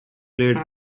played